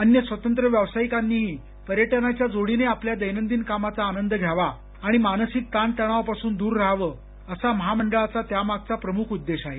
अन्य स्वतंत्र व्यावसायिकांनीही पर्यटनाच्या जोडीने आपल्या दैनंदिन कामाचा आनंद घ्यावा आणि मानसिक ताणतणावापासून दूर राहावं असा महामंडळाचा त्यामागचा प्रमुख उद्देश आहे